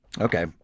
Okay